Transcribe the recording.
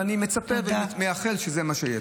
ואני מצפה ומייחל שזה מה שיהיה.